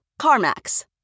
CarMax